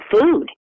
food